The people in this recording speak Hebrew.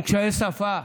עם קשיי שפה.